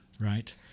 Right